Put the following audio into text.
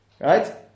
right